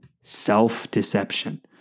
Self-deception